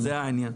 זה העניין.